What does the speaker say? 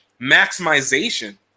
maximization